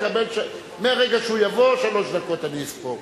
מהרגע שהוא יבוא, שלוש דקות אספור.